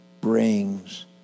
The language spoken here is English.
brings